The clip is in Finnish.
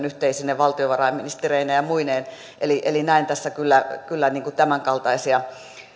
yhteisine valtiovarainministereineen ja muineen eli eli näen tässä kyllä kyllä tämänkaltaisia